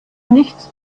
nichts